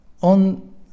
on